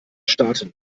starten